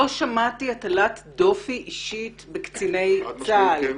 לא שמעתי הטלת דופי אישית בקציני צה"ל.